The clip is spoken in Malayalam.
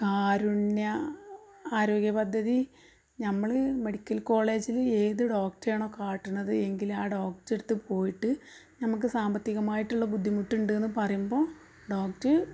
കാരുണ്യ ആരോഗ്യ പദ്ധതി നമ്മൾ മെഡിക്കൽ കോളേജിൽ ഏത് ഡോക്ടറെയാണോ കാട്ടണത് എങ്കിൽ ആ ഡോക്ടറുടെ അടുത്ത് പോയിട്ട് നമ്മൾക്ക് സാമ്പത്തികമായിട്ടുള്ള ബുദ്ധിമുട്ട് ഉണ്ട് എന്ന് പറയുമ്പോൾ ഡോക്റ്